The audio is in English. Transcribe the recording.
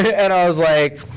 and i was like,